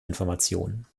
informationen